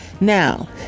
Now